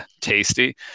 tasty